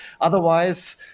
otherwise